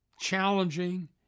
challenging